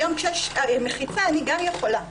היום כשיש מחיצה, אני גם יכולה.